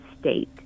state